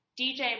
DJ